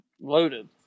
Loaded